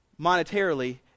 monetarily